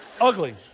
Ugly